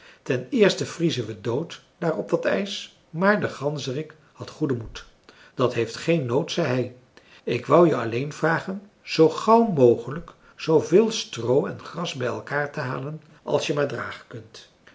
ten eerste vriezen we dood daar op dat ijs maar de ganzerik had goeden moed dat heeft geen nood zei hij ik wou je alleen vragen zoo gauw mogelijk zooveel stroo en gras bij elkaar te halen als je maar dragen kunt